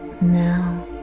now